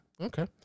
Okay